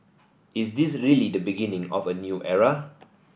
is this really the beginning of a new era